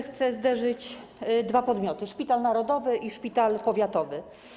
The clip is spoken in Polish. Chcę zderzyć dwa podmioty: Szpital Narodowy i szpital powiatowy.